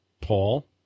paul